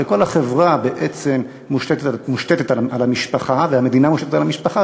וכל החברה בעצם מושתתת על המשפחה והמדינה מושתתת על המשפחה,